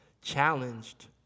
challenged